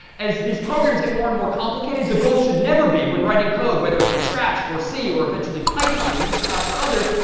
as these programs get more and more complicated, the goal should never be, when writing code, whether it's in scratch or c or eventually python in this class or others,